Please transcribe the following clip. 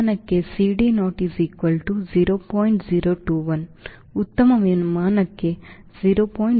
021 ಉತ್ತಮ ವಿಮಾನಕೆ 0